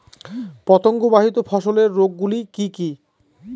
পতঙ্গবাহিত ফসলের রোগ গুলি কি কি?